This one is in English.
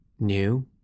New